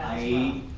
a,